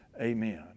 Amen